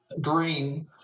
green